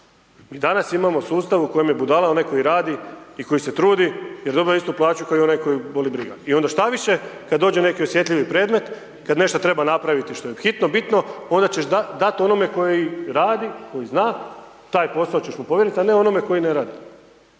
Mi danas imamo sustav u kojem je budala onaj koji radi i koji se trudi jer dobiva istu plaću kao i onaj kojeg boli briga. I onda štoviše, kad dođe neki osjetljivi predmet, kad nešto treba napraviti što je hitno, bitno, onda ćeš dati onome koji radi, koji zna, taj posao ćeš mu povjeriti a ne onome koji ne radi.